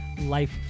Life